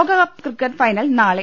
ലോകകപ്പ് cricket final നാളെ